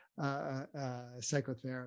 psychotherapy